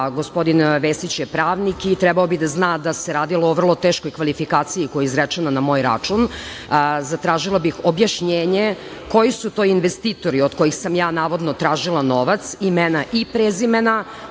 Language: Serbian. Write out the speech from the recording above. gospodin Vesić je pravnik i trebalo bi da zna da se radilo o vrlo teškoj kvalifikaciji koja je izrečena na moj račun. Zatražila bih objašnjenje koji su to investitori od kojih sam ja navodno tražila novac, imena i prezimena,